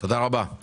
תודה רבה.